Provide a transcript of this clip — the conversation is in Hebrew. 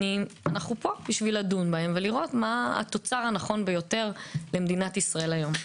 אנו פה כדי לדון בהם וכדי לראות מה התוצר הטוב ביותר למדינת ישראל היום.